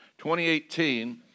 2018